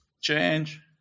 change